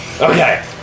Okay